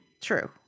True